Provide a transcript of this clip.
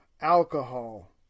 alcohol